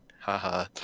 Haha